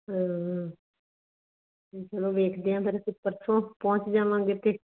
ਚਲੋ ਵੇਖਦੇ ਹਾਂ ਫਿਰ ਅਸੀਂ ਪਰਸੋਂ ਪਹੁੰਚ ਜਾਵਾਂਗੇ ਇੱਥੇ